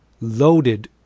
loaded